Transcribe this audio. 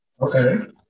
Okay